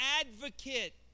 advocate